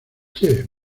che